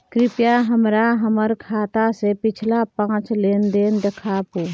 कृपया हमरा हमर खाता से पिछला पांच लेन देन देखाबु